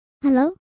Hello